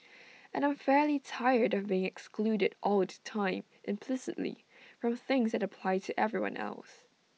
and I'm fairly tired of being excluded all the time implicitly from things that apply to everyone else